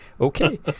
Okay